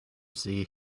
see